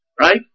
Right